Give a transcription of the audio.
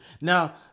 Now